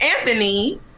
Anthony